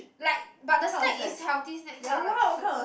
like but the snacks is healthy snacks uh like fruits